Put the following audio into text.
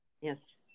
yes